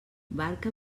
barca